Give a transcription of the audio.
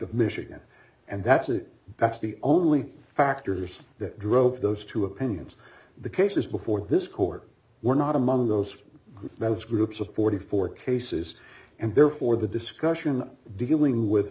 of michigan and that's it that's the only factors that drove those to opinions the cases before this court were not among those ballots groups of forty four cases and therefore the discussion dealing with